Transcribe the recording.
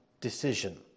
decision